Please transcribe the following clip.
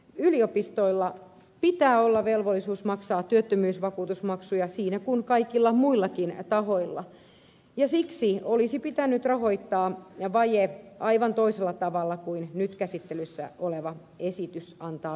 yliopistoilla pitää olla velvollisuus maksaa työttömyysvakuutusmaksuja siinä kuin kaikilla muillakin tahoilla ja siksi olisi pitänyt rahoittaa vaje aivan toisella tavalla kuin nyt käsittelyssä oleva esitys antaa ymmärtää